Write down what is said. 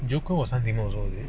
joko was something more is it